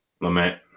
lament